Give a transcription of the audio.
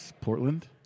Portland